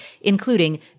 including